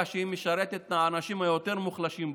שהיא משרתת את האנשים היותר-מוחלשים בחברה.